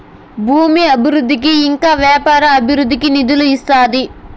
భూమి అభివృద్ధికి ఇంకా వ్యాపార అభివృద్ధికి నిధులు ఇస్తాది